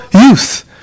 youth